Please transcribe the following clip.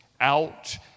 out